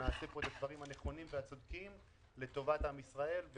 ונעשה את הדברים הנכונים והצודקים לטובת עם ישראל.